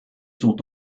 sont